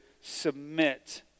Submit